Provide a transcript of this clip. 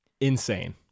Insane